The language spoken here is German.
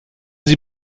sie